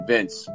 Vince